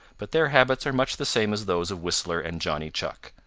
but their habits are much the same as those of whistler and johnny chuck.